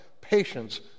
patience